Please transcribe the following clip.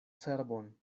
cerbon